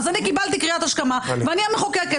אז אני קיבלתי קריאת השכמה, ואני המחוקקת.